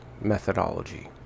methodology